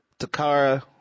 Takara